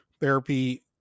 therapy